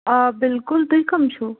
آ بِلکُل تُہۍ کم چھِو